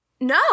No